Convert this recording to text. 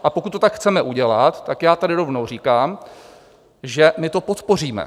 A pokud to tak chceme udělat, tak já tady rovnou říkám, že my to podpoříme.